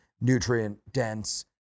nutrient-dense